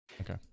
Okay